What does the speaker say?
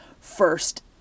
first